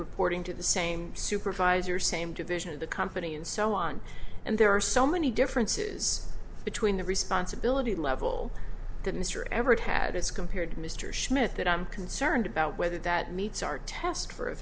reporting to the same supervisor same division of the company and so on and there are so many differences between the responsibility level that mr everett had as compared to mr schmidt that i'm concerned about whether that meets our test for a